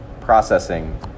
processing